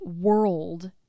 world